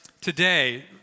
today